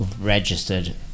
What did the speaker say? registered